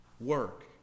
work